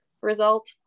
result